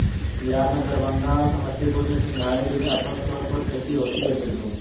बिहार में दरभंगा और समस्तीपुर में सिंघाड़े की व्यापक तौर पर खेती होती है पिंटू